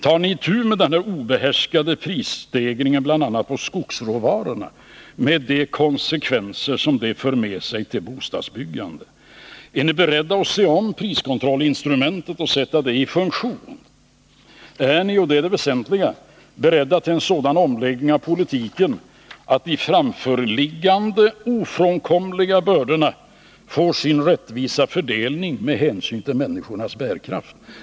Tar ni itu med den obehärskade prisstegringen på bl.a. skogsråvarorna med de konsekvenser den har för bostadsbyggandet? Är ni beredda att se över priskontrollinstrumentet och sätta det i funktion? Är ni — och det är det väsentliga — beredda till en sådan omläggning av politiken att de framförliggande och ofrånkomliga bördorna får sin rättvisa fördelning med hänsyn till människornas bärkraft?